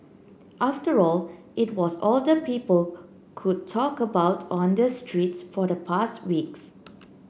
after all it was all the people could talk about on the streets for the past weeks